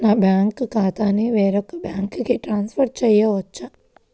నా బ్యాంక్ ఖాతాని వేరొక బ్యాంక్కి ట్రాన్స్ఫర్ చేయొచ్చా?